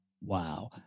Wow